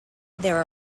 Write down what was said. there